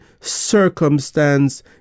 circumstance